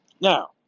Now